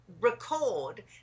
record